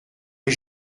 les